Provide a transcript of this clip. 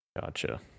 gotcha